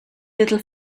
little